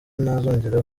ntazongera